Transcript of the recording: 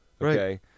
okay